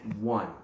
one